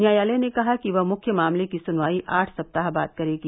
न्यायालय ने कहा कि वह मुख्य मामले की सुनवाई आठ सप्ताह बाद करेगी